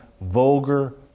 vulgar